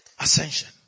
Ascension